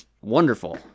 wonderful